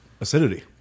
acidity